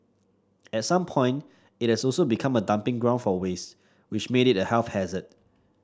at some point it also so became a dumping ground for waste which made it a health hazard